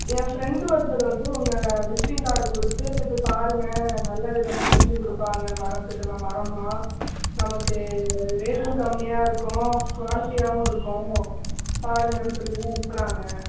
என் friend ஒருத்தர் வந்து உங்கள் விசிட்டிங் கார்டு கொடுத்து போய் பாருங்க நல்ல விதமாக செஞ்சு கொடுப்பாங்க மரத்துக்கெலாம் மரமெலாம் நமக்கு ரேட்டும் கம்மியாக இருக்கும் குவாலிட்டியாகவும் இருக்கும் பாருங்கனு சொல்லிதான் அனுப்பினாங்க